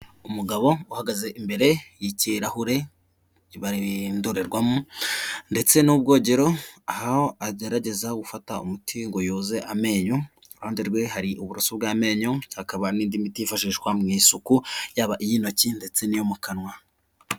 Umugabo uhagaze imbere y'ikirahure, iba ari indorerwamo ndetse n'ubwogero aho agerageza gufata umuti ngo yoze amenyo, iruhande rwe hari uburoso bw'amenyo, hakaba n'indi miti yifashishwa mu isuku yaba iy'intoki ndetse n'iyo mu kanwa.